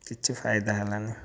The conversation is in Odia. କିଛି ଫାଇଦା ହେଲାନି